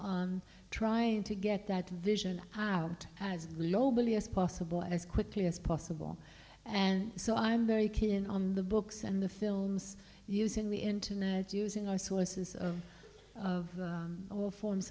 on trying to get that vision out as globally as possible as quickly as possible and so i'm very keen on the books and the films using the internet using our sources of of all forms